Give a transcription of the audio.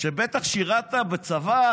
שבטח שירת בצבא,